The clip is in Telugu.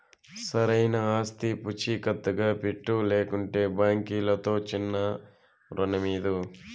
సరైన ఆస్తి పూచీకత్తుగా పెట్టు, లేకంటే బాంకీలుతో చిన్నా రుణమీదు